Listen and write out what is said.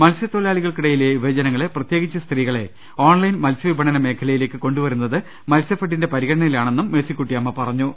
മത്സൃത്തൊഴിലാളികൾക്കിടയിലെ ്യുവജനങ്ങളെ പ്രത്യേകിച്ച് സ്ത്രീകളെ ഓൺലൈൻ മത്സ്യവിപണന മേഖലയിലേക്ക് കൊണ്ടു വരുന്നത് മത്സ്യഫെഡിന്റെ പരിഗണനിയാണെന്നും മേഴ്സിക്കുട്ടിയമ്മ പറഞ്ഞു